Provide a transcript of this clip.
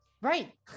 Right